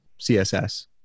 CSS